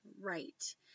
right